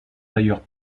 d’ailleurs